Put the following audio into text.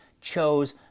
chose